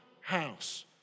house